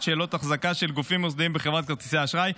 שאלת ההחזקה של גופים מוסדיים בחברות כרטיסי אשראי.